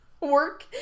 work